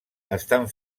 estan